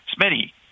Smitty